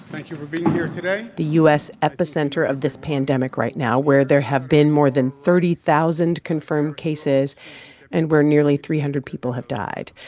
thank you for being here today. the u s. epicenter of this pandemic right now where there have been more than thirty thousand confirmed cases and where nearly three hundred people have died.